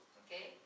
okay